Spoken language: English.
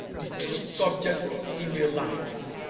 the two subject email lines